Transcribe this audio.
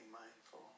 mindful